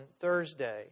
Thursday